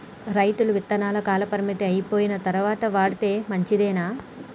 రైతులు విత్తనాల కాలపరిమితి అయిపోయిన తరువాత వాడితే మంచిదేనా?